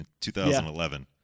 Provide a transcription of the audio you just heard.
2011